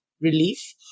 relief